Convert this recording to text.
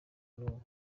n’ubu